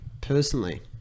personally